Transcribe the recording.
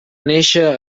néixer